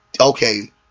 okay